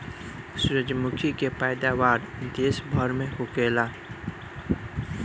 सूरजमुखी के पैदावार देश भर में होखेला